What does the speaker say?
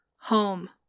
Home